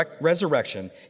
resurrection